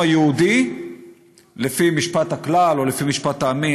היהודי לפי משפט הכלל או לפי משפט העמים,